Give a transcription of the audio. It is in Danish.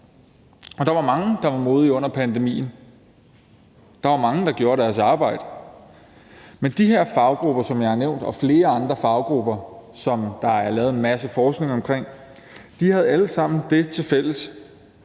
Der var mange, der var modige under pandemien. Der var mange, der gjorde deres arbejde. Men de her faggrupper, som jeg har nævnt, og flere andre faggrupper, som der er lavet en masse forskning omkring, havde alle sammen det til fælles,